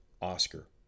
Oscar